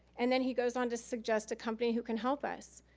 and then he goes on to suggest a company who can help us.